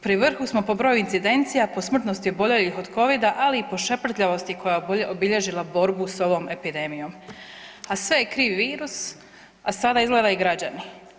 Pri vrhu smo po broju incidencija, po smrtnosti oboljelih od Covida, ali i po šeprtljavosti koja je obilježila borbu s ovom epidemijom, a sve je kriv virus, a sada izgleda i građani.